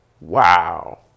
Wow